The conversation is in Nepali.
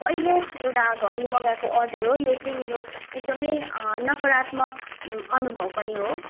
पहिलो एउटा घडी मगाएको अर्डर हो यो चाहिँ मेरो एकदमै नकारात्मक अनुभव पनि हो